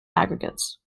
aggregates